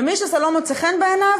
ומי שזה לא מוצא חן בעיניו,